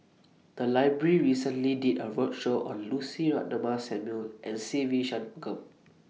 The Library recently did A roadshow on Lucy Ratnammah Samuel and Se Ve Shanmugam